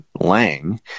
Lang